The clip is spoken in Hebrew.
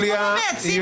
באמת, שמחה.